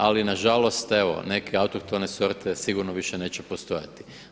Ali na žalost evo neke autohtone sorte sigurno više neće postojati.